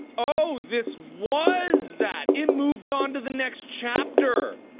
oh, this was that! it moved on to the next chapter!